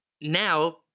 now